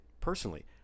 personally